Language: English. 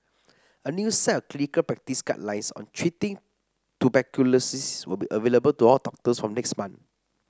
a new set of clinical practice guidelines on treating tuberculosis will be available to all doctors from next month